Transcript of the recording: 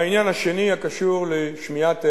והעניין השני הקשור לשמיעת ההערות,